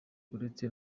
uretse